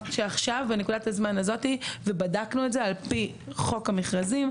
אני אומרת שעכשיו בנקודת הזמן הזאת ובדקנו את זה על פי חוק המכרזים,